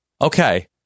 Okay